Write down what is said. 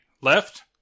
left